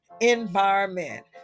environment